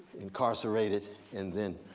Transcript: incarcerated and then